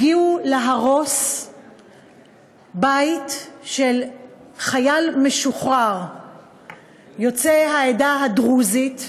הגיעו להרוס בית של חייל משוחרר יוצא העדה הדרוזית,